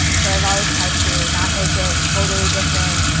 so i've always tried to not make it totally different.